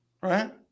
right